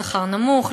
שכר נמוך,